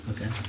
Okay